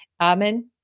Amen